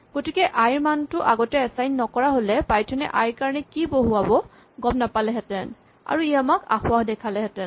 গতিকে আই ৰ মানটো আগতে এচাইন নকৰা হ'লে পাইথন এ আই ৰ কাৰণে কি বহুৱাব গম নাপালেহেঁতেন আৰু ই আমাক আসোঁৱাহ দেখুৱালে হেঁতেন